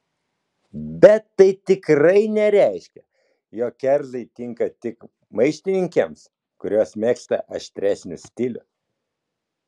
bet tai tikrai nereiškia jog kerzai tinka tik maištininkėms kurios mėgsta aštresnį stilių